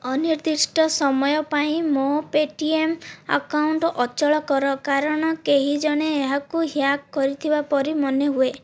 ଅନିର୍ଦ୍ଦିଷ୍ଟ ସମୟ ପାଇଁ ମୋ ପେଟିଏମ୍ ଆକାଉଣ୍ଟ ଅଚଳ କର କାରଣ କେହିଜଣେ ଏହାକୁ ହ୍ୟାକ କରିଥିବା ପରି ମନେହୁଏ